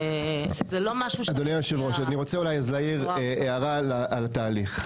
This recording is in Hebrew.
אדוני היושב-ראש, אני רוצה להעיר הערה על התהליך.